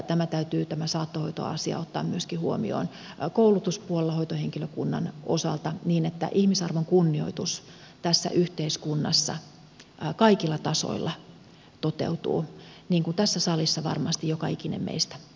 tämä saattohoitoasia täytyy ottaa huomioon myöskin koulutuspuolella hoitohenkilökunnan osalta niin että ihmisarvon kunnioitus tässä yhteiskunnassa kaikilla tasoilla toteutuu niin kuin tässä salissa varmasti joka ikinen meistä toivoo